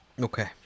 okay